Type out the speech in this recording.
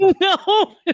No